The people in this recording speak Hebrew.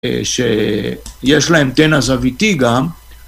שיש להם תנע זוויתי גם